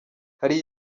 hari